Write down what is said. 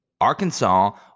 Arkansas